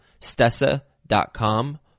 stessa.com